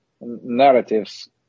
narratives